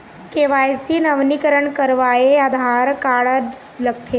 KYC नवीनीकरण करवाये Aadhaar card लगथे?